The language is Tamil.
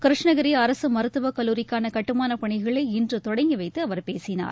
கிருஷ்ணகிரி அரசு மருத்துவக் கல்லூரிக்கான கட்டுமானப் பணிகளை இன்று தொடங்கி வைத்து அவர் பேசினார்